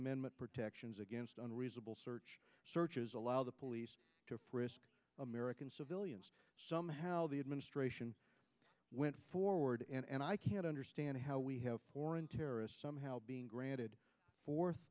amendment protections against unreasonable search searches allow the police to american civilians somehow the administration went forward and i can't understand how we have foreign terrorists somehow being granted fourth